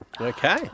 Okay